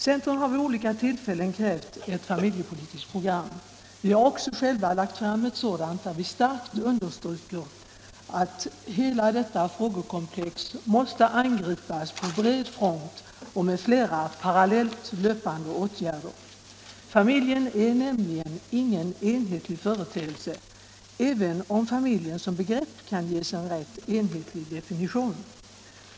Centern har vid olika tillfällen krävt ett familjepolitiskt program. Vi har också själva lagt fram ett sådant, där vi starkt understryker att hela detta frågekomplex måste angripas på bred front och med flera parallellt löpande åtgärder. Familjen är nämligen ingen enhetlig företeelse, även om familjen som begrepp kan ges en rätt enhetlig definition.